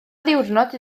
ddiwrnod